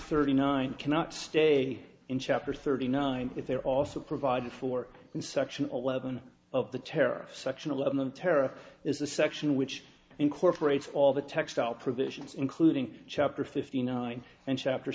thirty nine cannot stay in chapter thirty nine if they're also provided for in section eleven of the tariff section eleven of tara is the section which incorporates all the textile provisions including chapter fifty nine and chapter